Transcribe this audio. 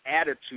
attitude